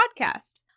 podcast